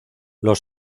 los